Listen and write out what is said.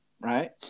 right